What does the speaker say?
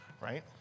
Right